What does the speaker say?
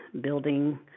building